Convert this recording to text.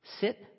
Sit